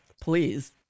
please